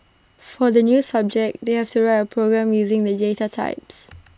for the new subject they have to write A program using the types